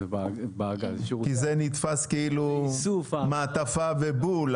זה נתפס כאילו מעטפה ובול,